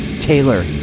Taylor